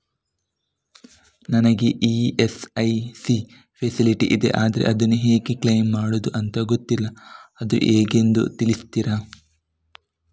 ನನಗೆ ESIC facility ಇದೆ ಆದ್ರೆ ಅದನ್ನು ಹೇಗೆ ಕ್ಲೇಮ್ ಮಾಡೋದು ಅಂತ ಗೊತ್ತಿಲ್ಲ ಅದು ಹೇಗೆಂದು ತಿಳಿಸ್ತೀರಾ?